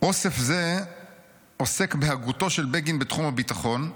"אוסף זה עוסק בהגותו של בגין בתחום הביטחון.